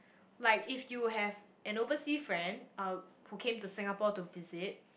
like if you have an oversea~ friend uh who came to Singapore to visit